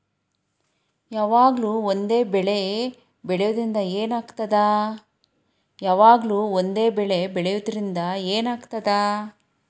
ಯಾವಾಗ್ಲೂ ಒಂದೇ ಬೆಳಿ ಬೆಳೆಯುವುದರಿಂದ ಏನ್ ಆಗ್ತದ?